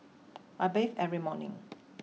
I bathe every morning